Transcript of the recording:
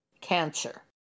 cancer